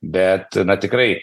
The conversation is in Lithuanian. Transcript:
bet na tikrai